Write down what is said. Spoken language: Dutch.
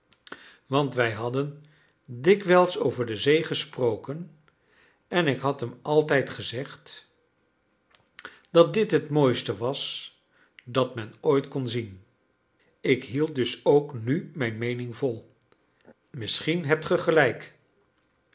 want wij hadden dikwijls over de zee gesproken en ik had hem altijd gezegd dat dit het mooiste was dat men ooit kon zien ik hield dus ook nu mijn meening vol misschien hebt ge gelijk